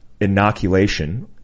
inoculation